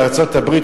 בארצות-הברית,